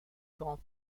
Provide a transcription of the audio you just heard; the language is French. grand